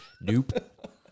Nope